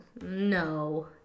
no